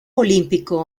olímpico